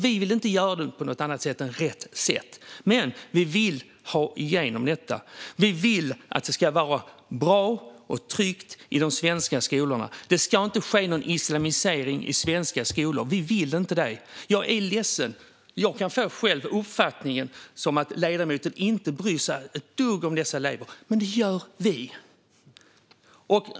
Vi vill inte göra detta på något annat sätt än rätt sätt. Men vi vill ha igenom det. Vi vill att det ska vara bra och tryggt i de svenska skolorna. Det ska inte ske någon islamisering i svenska skolor. Vi vill inte det. Jag är ledsen, men jag kan få uppfattningen att ledamoten inte bryr sig ett dugg om dessa elever. Men det gör vi.